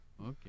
okay